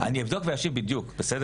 אני אבדוק ואשיב בדיוק, בסדר?